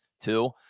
two